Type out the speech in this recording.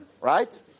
right